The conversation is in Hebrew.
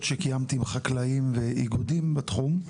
שקיימתי עם חקלאים ואיגודים בתחום,